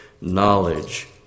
knowledge